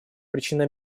причины